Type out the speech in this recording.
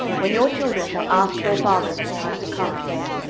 when your children shall ask their fathers in time to come, saying,